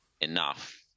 enough